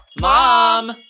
Mom